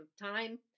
time